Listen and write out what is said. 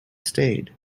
stayed